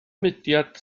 mudiad